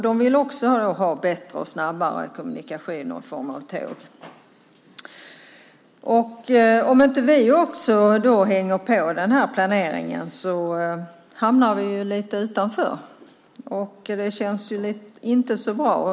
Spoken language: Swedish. De vill också ha bättre och snabbare kommunikationer i form av tåg. Om inte vi också hänger på denna planering hamnar vi lite utanför. Och det känns inte så bra.